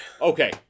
okay